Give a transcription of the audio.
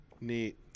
Neat